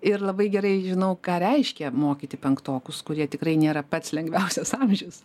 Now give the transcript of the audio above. ir labai gerai žinau ką reiškia mokyti penktokus kurie tikrai nėra pats lengviausias amžius